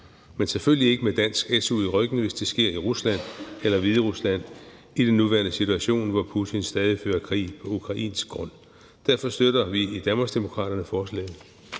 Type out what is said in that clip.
men selvfølgelig ikke med en dansk su i ryggen, hvis det sker i Rusland eller Hviderusland i den nuværende situation, hvor Putin stadig fører krig på ukrainsk grund. Derfor støtter vi i Danmarksdemokraterne forslaget.